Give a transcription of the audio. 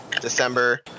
December